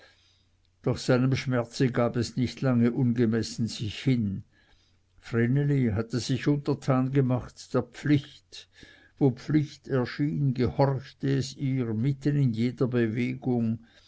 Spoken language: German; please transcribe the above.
doch seinem schmerze gab es nicht lange ungemessen sich hin vreneli hatte sich untertan gemacht der pflicht wo pflicht erschien gehorchte es ihr mitten in jeder bewegung